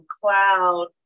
cloud